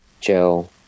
Joe